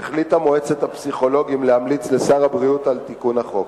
החליטה מועצת הפסיכולוגים להמליץ לשר הבריאות על תיקון החוק.